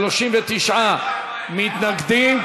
39 מתנגדים,